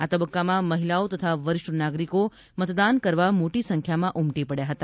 આ તબક્કામાં મહિલાઓ તથા વરિષ્ઠ નાગરીકો મતદાન કરવા મોટી સંખ્યામાં ઉમટી પડયા હતા